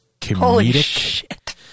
comedic